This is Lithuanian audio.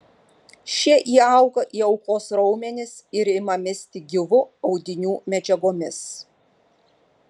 šie įauga į aukos raumenis ir ima misti gyvų audinių medžiagomis